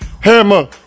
Hammer